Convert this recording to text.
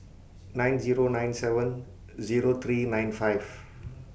nine Zero nine seven Zero three nine five